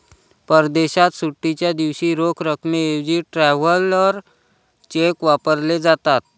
परदेशात सुट्टीच्या दिवशी रोख रकमेऐवजी ट्रॅव्हलर चेक वापरले जातात